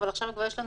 אבל עכשיו כבר יש לנו